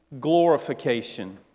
glorification